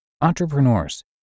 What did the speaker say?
Entrepreneurs